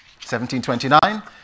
1729